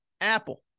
Apple